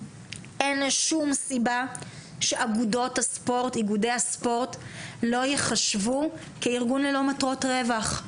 אין שום סיבה שאיגודי הספורט לא יחשבו כארגון ללא מטרות רווח.